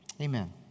amen